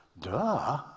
duh